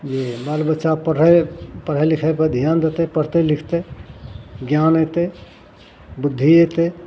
जे बालबच्चा पढ़ै पढ़ै लिखैपर धिआन देतै पढ़तै लिखतै ज्ञान अएतै बुद्धि अएतै